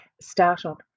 startled